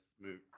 move